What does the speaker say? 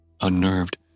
Unnerved